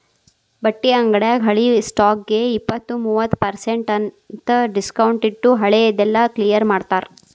ಬಟ್ಟಿ ಅಂಗ್ಡ್ಯಾಗ ಹಳೆ ಸ್ಟಾಕ್ಗೆ ಇಪ್ಪತ್ತು ಮೂವತ್ ಪರ್ಸೆನ್ಟ್ ಅಂತ್ ಡಿಸ್ಕೊಂಟ್ಟಿಟ್ಟು ಹಳೆ ದೆಲ್ಲಾ ಕ್ಲಿಯರ್ ಮಾಡ್ತಾರ